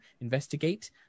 investigate